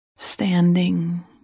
standing